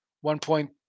one-point